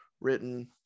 written